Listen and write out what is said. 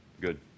Good